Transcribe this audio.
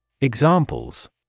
Examples